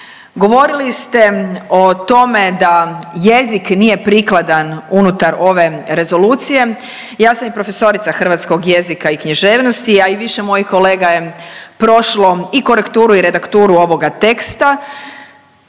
Govorili ste o tome da jezik nije prikladan unutar ove rezolucije. Ja sam i profesorica hrvatskog jezika i književnosti, a i više mojih kolega je prošlo i korekturu i redakturu ovoga teksta,